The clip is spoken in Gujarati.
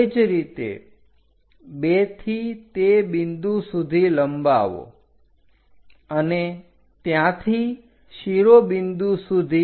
તે જ રીતે 2 થી તે બિંદુ સુધી લંબાવો અને ત્યાંથી શિરોબિંદુ સુધી